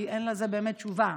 כי אין לזה באמת תשובה.